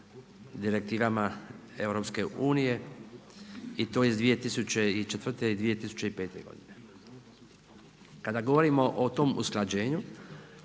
direktivama EU-a i to iz 2004. i 2005. godine. Kada govorimo o tom usklađenju,